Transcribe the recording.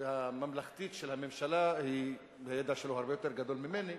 והממלכתית של הממשלה הרבה יותר גדול משלי.